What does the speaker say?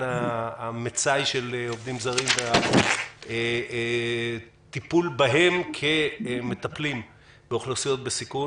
המצאי של עובדים זרים והטיפול בהם כמטפלים באוכלוסיות בסיכון.